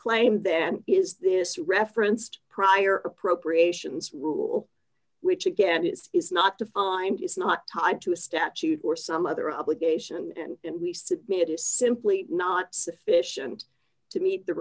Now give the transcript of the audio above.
claim then is this referenced prior appropriations rule which again is is not to find is not tied to a statute or some other obligation and we submit is simply not sufficient to meet the